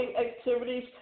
activities